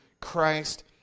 Christ